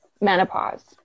menopause